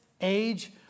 age